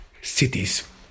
cities